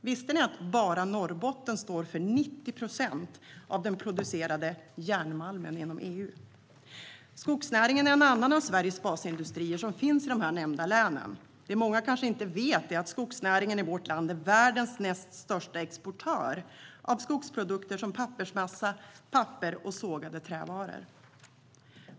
Visste ni att bara Norrbotten står för 90 procent av den producerade järnmalmen inom EU? Skogsnäringen är en annan av de svenska basindustrier som finns i de nämnda länen. Det många kanske inte vet är att skogsnäringen i vårt land är världens näst största exportör av skogsprodukter som pappersmassa, papper och sågade trävaror.